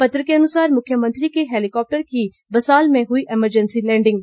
पत्र के अनुसार मुख्यमंत्री के हैलीकॉप्टर की बसाल में हुई एमरजेंसी लैडिंग